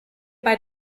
bei